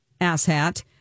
asshat